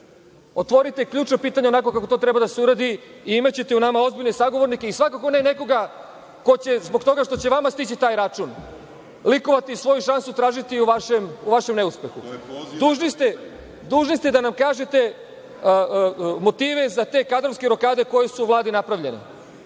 Otvorite ključna pitanja onako kako to treba da se uradi i imaćete u nama ozbiljne sagovornike i svakako ne nekoga ko će zbog toga što će vama stići taj račun likovati i svoju šansu tražiti u vašem neuspehu. Dužni ste da nam kažete motive za te kadrovske rokade koje su u Vladi napravljene.